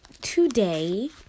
today